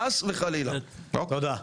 תודה.